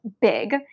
big